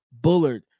Bullard